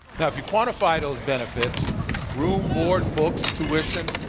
now, if you quantify those benefits room, board, books, tuition,